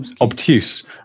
Obtuse